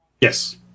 Yes